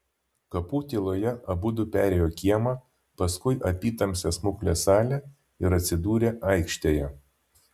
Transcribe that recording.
kapų tyloje abudu perėjo kiemą paskui apytamsę smuklės salę ir atsidūrė aikštėje